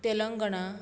Telangana